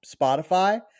Spotify